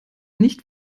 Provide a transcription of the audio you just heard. nicht